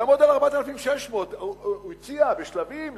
זה יעמוד על 4,600. הוא הציע בשלבים,